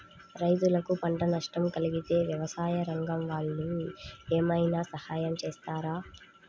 రైతులకు పంట నష్టం కలిగితే వ్యవసాయ రంగం వాళ్ళు ఏమైనా సహాయం చేస్తారా?